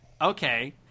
Okay